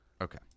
Okay